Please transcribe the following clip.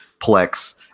plex